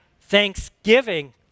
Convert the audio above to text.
thanksgiving